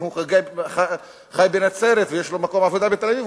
אם הוא חי בנצרת ויש לו מקום עבודה בתל-אביב,